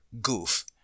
GOOF